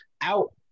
out –